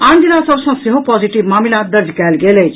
आन जिला सभ सँ सेहो पॉजिटिव मामिला दर्ज कयल गेल अछि